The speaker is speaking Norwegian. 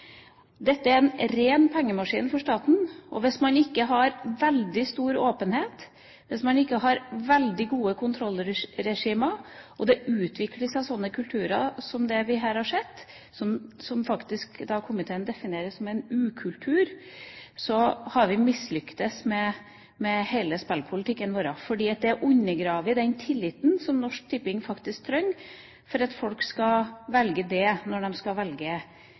Dette er en ren pengemaskin for staten. Hvis man ikke har veldig stor åpenhet, hvis man ikke har veldig gode kontrollregimer, og det utvikler seg sånne kulturer som det vi her har sett – som komiteen faktisk definerer som en ukultur – har vi mislyktes med hele spillpolitikken vår, fordi det undergraver den tilliten som Norsk Tipping faktisk trenger for at folk skal velge dem når de skal velge